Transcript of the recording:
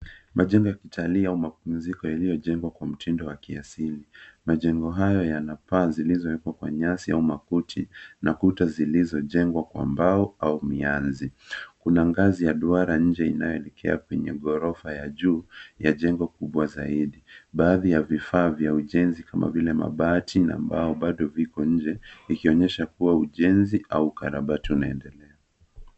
Majengo ya kitalii au mapumziko yaliyojengwa kwa mtindo wa kiasili. Majengo hayo yana paa zilizowekwa kwa nyasi au makuti, na kuta zilizojengwa kwa mbao au mianzi. Kuna ngazi ya duara nje inayoelekea kwenye ghorofa ya juu ya jengo kubwa zaidi. Baadhi ya vifaa vya ujenzi, kama vile, mabati na mbao, bado viko nje, vikionyesha kuwa ujenzi au ukarabati unaendelea.